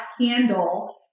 handle